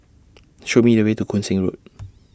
Show Me The Way to Koon Seng Road